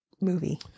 movie